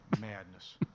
Madness